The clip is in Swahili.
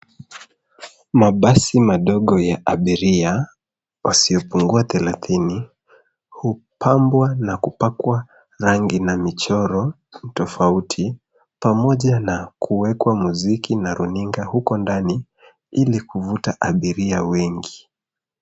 Mabasi madogo ya abiria wasiopungua thelathini, hupambwa na kupakwa rangi na michoro tofauti, pamoja na kuwekwa muziki na runinga huko ndani, ili kuvuta abiria wengi.